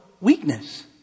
weakness